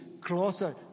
closer